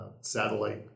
satellite